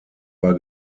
war